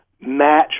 match